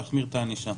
להחמיר את הענישה,